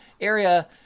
area